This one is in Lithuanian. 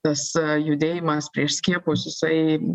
tas judėjimas prieš skiepus jisai